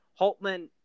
Holtman